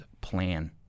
plan